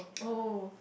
oh